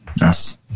yes